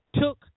took